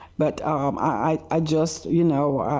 but i just you know,